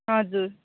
हजुर